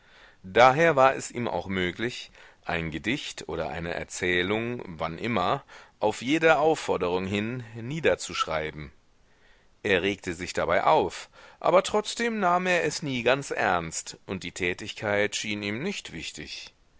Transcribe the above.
daher war es ihm auch möglich ein gedicht oder eine erzählung wann immer auf jede aufforderung hin niederzuschreiben er regte sich dabei auf aber trotzdem nahm er es nie ganz ernst und die tätigkeit schien ihm nicht wichtig